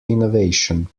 innovation